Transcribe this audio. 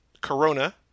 Corona